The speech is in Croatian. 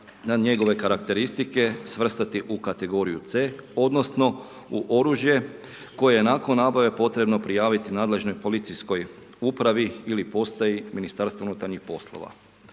na njegove karakteristike svrstati u kategoriju C odnosno u oružje koje je nakon nabave potrebno prijaviti nadležnoj policijskoj upravi ili postaji Ministarstva unutarnjih poslova.